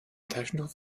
taschentuch